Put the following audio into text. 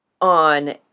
on